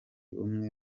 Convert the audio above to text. umwe